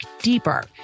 deeper